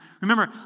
Remember